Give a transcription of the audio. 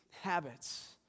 habits